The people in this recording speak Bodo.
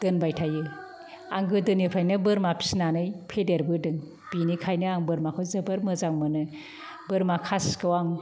दोनबाय थायो आं गोदोनिफ्रायनो बोरमा फिसिनानै फेदेरबोदों बिनिखायनो आं बोरमाखौ जोबोद मोजां मोनो बोरमा खासिखौ आं